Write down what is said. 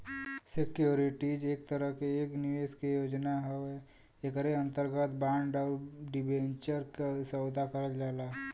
securities एक तरह एक निवेश के योजना हउवे एकरे अंतर्गत बांड आउर डिबेंचर क सौदा करल जाला